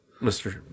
Mr